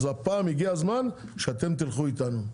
אז הפעם הגיע הזמן שאתם תלכו איתנו.